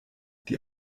die